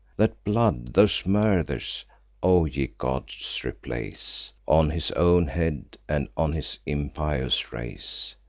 that blood, those murthers o ye gods, replace on his own head, and on his impious race!